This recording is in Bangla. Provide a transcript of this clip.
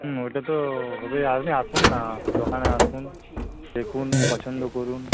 হুম ওটা তো হবে আপনি আসুন না দোকানে আসুন দেখুন পছন্দ করুন